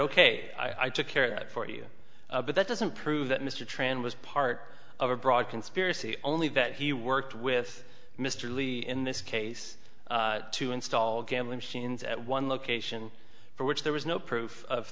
ok i took care for you but that doesn't prove that mr tran was part of a broad conspiracy only that he worked with mr lee in this case to install gambling machines at one location for which there was no proof of